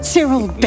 Cyril